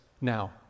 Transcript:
now